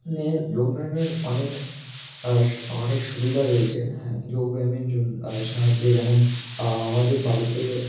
মের যোগব্যায়ামের অনেক আস অনেক সুবিধা রয়েছে হ্যাঁ যোগব্যায়ামের জন সাহায্যে যেমন আমাদের বাড়িতে